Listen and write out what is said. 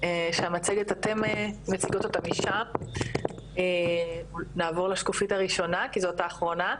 רק לענות למה שאת אמרת קודם,